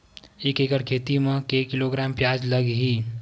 एक एकड़ खेती म के किलोग्राम प्याज लग ही?